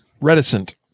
reticent